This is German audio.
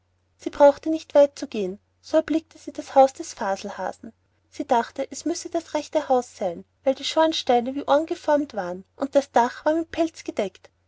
sie brauchte nicht weit zu gehen so erblickte sie das haus des faselhasen sie dachte es müsse das rechte haus sein weil die schornsteine wie ohren geformt waren und das dach war mit pelz gedeckt